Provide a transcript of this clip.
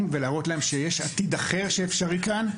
ולהראות להם שיש עתיד אחר שאפשרי כאן.